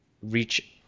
Reach